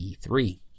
E3